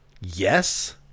Yes